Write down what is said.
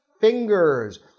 fingers